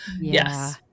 yes